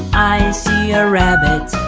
i see a rabbit.